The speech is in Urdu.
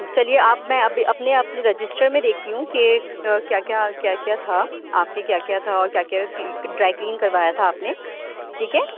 چلیے اب میں اپنے اپنے رجسٹر میں دیکھتی ہوں کہ کیا کیا کیا کیا تھا آپ کی کیا کیا تھا اور کیا کیا ڈرائی کلین کروایا تھا آپ نے ٹھیک ہے